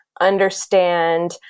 understand